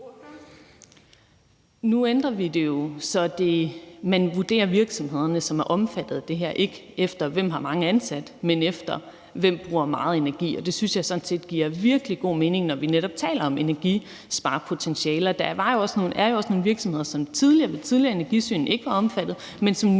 Nu ændrer vi det jo, så man ikke vurderer de virksomheder, som er omfattet af det her, efter, hvem der har mange ansatte, men efter, hvem der bruger meget energi. Og det synes jeg sådan set giver virkelig god mening, når vi netop taler om energisparepotentialer. Der er jo også nogle virksomheder, som ved tidligere energisyn ikke var omfattet af det, men som nu